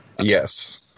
Yes